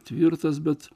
tvirtas bet